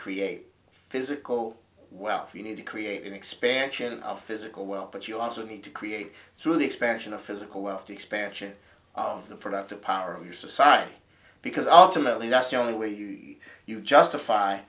create physical wealth you need to create an expansion of physical well but you also need to create through the expansion of physical wealth the expansion of the productive power of your society because ultimately that's the only way you you justify